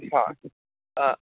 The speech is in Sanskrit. ह अ